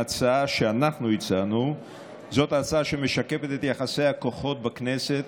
ההצעה שאנחנו הצענו זו ההצעה שמשקפת את יחסי הכוחות בכנסת,